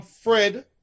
Fred